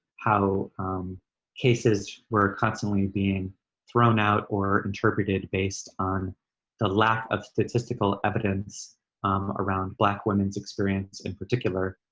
how cases were constantly being thrown out or interpreted based on the lack of statistical evidence around black women's experience, in particular,